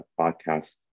podcast